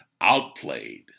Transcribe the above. outplayed